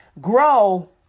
grow